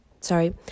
sorry